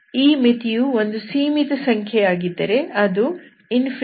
ಈ ಮಿತಿಯು ಒಂದು ಸೀಮಿತ ಸಂಖ್ಯೆ ಯಾಗಿದ್ದರೆ ಅದು ಆಗಿರುವುದಿಲ್ಲ